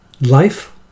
Life